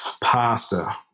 pasta